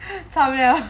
惨 liao